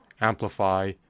amplify